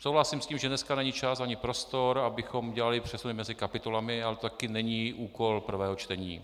Souhlasím s tím, že dneska není čas ani prostor, abychom dělali přesuny mezi kapitolami, ale to také není úkol prvého čtení.